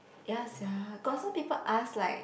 ya sia got some people ask like